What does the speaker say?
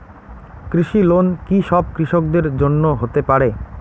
কৃষি লোন কি সব কৃষকদের জন্য হতে পারে?